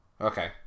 Okay